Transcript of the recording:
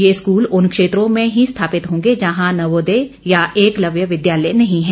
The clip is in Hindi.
ये स्कूल उन क्षेत्रों में ही स्थापित होंगे जहां नवोदय या एकलव्य विद्यालय नहीं हैं